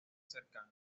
cercana